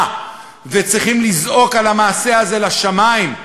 וצריכים לזעוק על המעשה הזה לשמים,